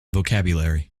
vocabulary